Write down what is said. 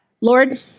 Lord